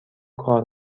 کار